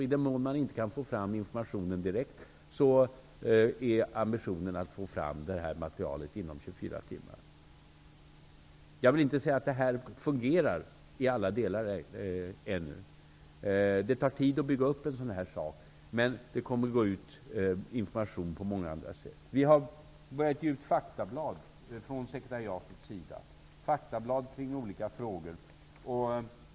I den mån man inte kan få fram informationen direkt är ambitionen att få fram materialet inom 24 timmar. Jag vill inte säga att detta fungerar i alla delar ännu. Det tar tid att bygga upp en sådan här sak. Men det kommer att gå ut information på många andra sätt. Sekretariatet har börjat ge ut faktablad kring olika frågor.